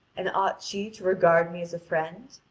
and ought she to regard me as a friend?